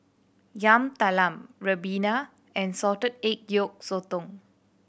Yam Talam ribena and salted egg yolk sotong